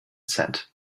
said